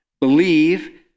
believe